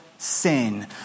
Sin